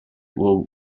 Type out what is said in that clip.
will